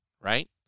right